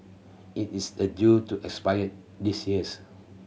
it is a due to expire this years